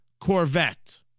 Corvette